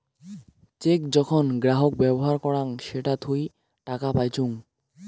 check যখন গ্রাহক ব্যবহার করাং সেটা থুই টাকা পাইচুঙ